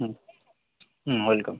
hmm hmm welcome